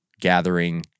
gathering